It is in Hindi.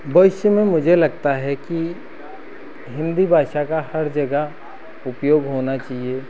भविष्य में मुझे लगता है कि हिन्दी भाषा का हर जगह उपयोग होना चाहिए